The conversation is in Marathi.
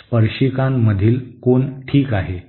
स्पर्शिकामधील कोन ठीक आहे